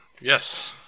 Yes